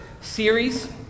series